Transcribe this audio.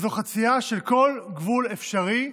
זו חצייה של כל גבול אפשרי,